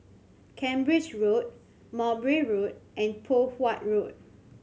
Cambridge Road Mowbray Road and Poh Huat Road